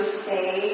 stay